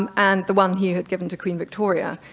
um and the one he had given to queen victoria.